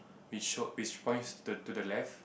it showed it's point to to the left